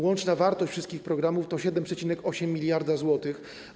Łączna wartość wszystkich programów to 7,8 mld zł.